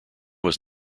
was